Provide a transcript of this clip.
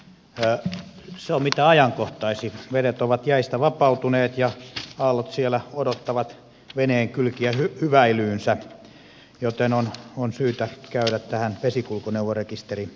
se on mitä ajankohtaisin vedet ovat jäistä vapautuneet ja aallot siellä odottavat veneenkylkiä hyväilyynsä joten on syytä käydä tähän vesikulkuneuvorekisterilakiin